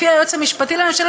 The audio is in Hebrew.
לפי היועץ המשפטי לממשלה,